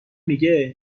میگه